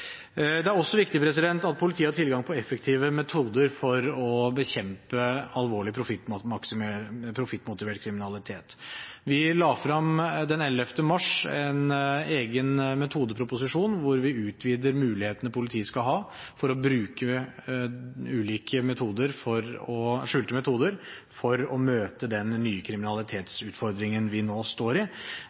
Det er også viktig at politiet har tilgang på effektive metoder for å bekjempe alvorlig profittmotivert kriminalitet. Vi la den 11. mars frem en egen metodeproposisjon, hvor vi utvider mulighetene politiet skal ha for å bruke skjulte metoder for å møte den nye kriminalitetsutfordringen vi nå står i,